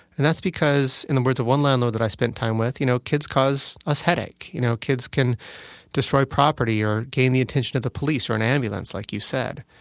and that's because, in the words of one landlord that i spent time with you know kids cause us headache, you know, kids can destroy property or gain the attention of the police or an ambulance, like you said.